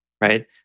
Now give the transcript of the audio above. right